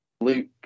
luke